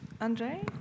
andre